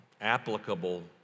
applicable